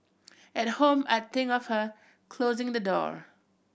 at home I'd think of her closing the door